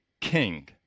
king